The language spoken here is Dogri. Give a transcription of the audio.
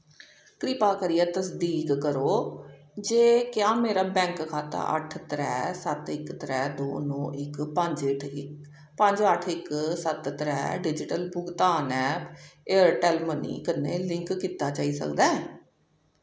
कृपा करियै तसदीक करो जे क्या मेरा बैंक खाता अट्ठ त्रै सत्त इक त्रै दो नौ इक पंज इट्ठ इक पंज अट्ठ इक सत्त त्रै डिजिटल भुगतान ऐप एयरटैल्ल मनी कन्नै लिंक कीता जाई सकदा ऐ